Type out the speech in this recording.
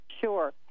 sure